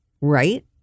right